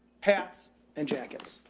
hats and jackets.